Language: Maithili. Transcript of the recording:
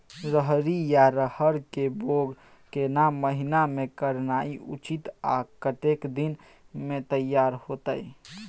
रहरि या रहर के बौग केना महीना में करनाई उचित आ कतेक दिन में तैयार होतय?